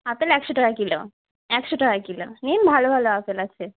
apple একশো টাকা kilo একশো টাকা কিলো নিন ভালো ভালো আপেল আছে